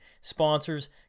sponsors